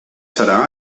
serà